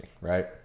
right